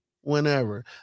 whenever